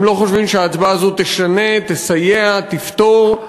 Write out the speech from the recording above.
הם לא חושבים שההצבעה הזאת תשנה, תסייע, תפתור.